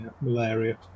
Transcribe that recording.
malaria